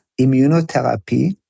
immunotherapy